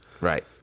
Right